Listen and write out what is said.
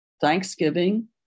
Thanksgiving